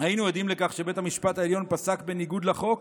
היינו עדים לכך שבית המשפט העליון פסק בניגוד לחוק